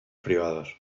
privados